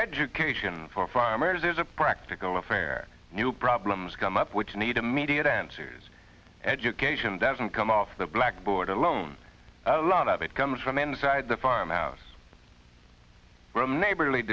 education for farmers is a practical affair new problems come up which need immediate answers education doesn't come off the blackboard alone a lot of it comes from inside the farm house from neighborly